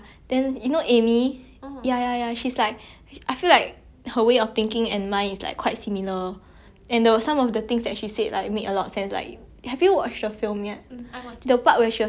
and there were some of the things that she said like make a lot of sense have you watch the film yet the part where she was talking about how like marriage is a economic thing yeah I think that like really how to say like